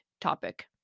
topic